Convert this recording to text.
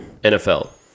NFL